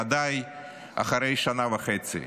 ודאי אחרי שנה וחצי: